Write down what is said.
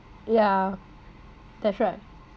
ya that's right